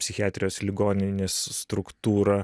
psichiatrijos ligoninės struktūrą